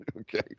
okay